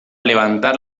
levantar